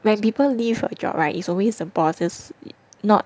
when people leave a job right is always the bosses not